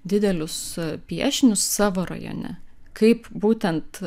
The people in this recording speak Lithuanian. didelius piešinius savo rajone kaip būtent